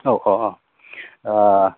औ औ अ